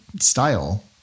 style